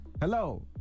hello